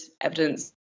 evidence